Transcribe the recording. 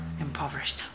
impoverished